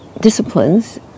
disciplines